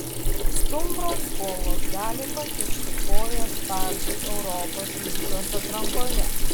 stumbro skolos gali pakišti koją startui europos lygos atrankoje